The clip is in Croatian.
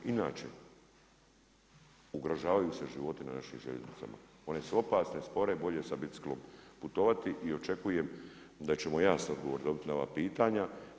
Inače, ugrožavaju se životi na našim željeznicama, one su opasne, spore, bolje sa biciklom putovati i očekujem da ćemo jasno odgovor dobiti na ova pitanja.